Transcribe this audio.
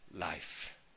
life